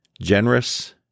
Generous